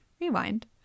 rewind